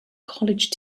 college